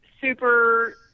super